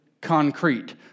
concrete